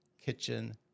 kitchen